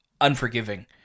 unforgiving